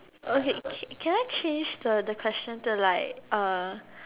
okay can I change the the question to like uh